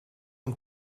een